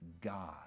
God